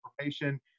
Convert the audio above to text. information